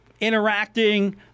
interacting